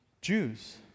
Jews